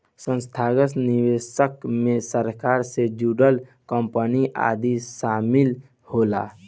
संस्थागत निवेशक मे सरकार से जुड़ल कंपनी आदि शामिल होला